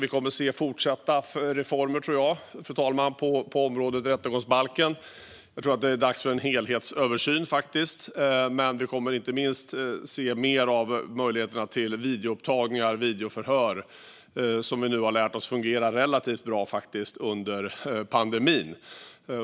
Vi kommer att få se fortsatta reformer när det gäller rättegångsbalken, tror jag. Jag tror att det är dags för en helhetsöversyn, faktiskt. Inte minst kommer vi att få se mer av möjligheter till videoupptagningar och videoförhör, vilket vi nu under pandemin har lärt oss fungerar relativt bra.